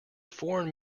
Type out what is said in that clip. foreign